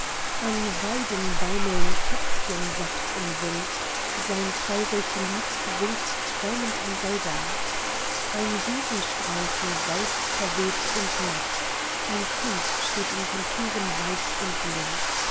an weiden baumeln kätzchen sacht im wind sein traurig lied singt träumend ein soldat ein wiesenstreifen saust verweht und matt ein kind steht in konturen weich und lind